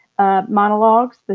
Monologues